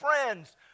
friends